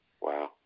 Wow